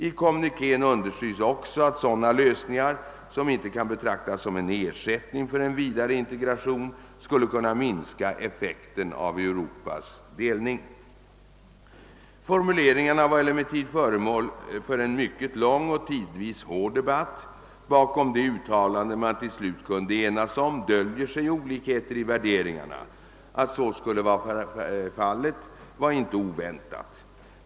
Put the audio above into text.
I kommunikén understryks också att sådana lösningar — som inte kan betraktas som en ersättning för en vidare in tegration — skulle kunna minska effekten av Europas delning. Formuleringarna var emellertid föremål för en mycket lång och tidvis hård debatt. Bakom det uttalande man till slut kunde enas om döljer sig olikheter i värderingarna. Att så skulle vara fallet var inte oväntat.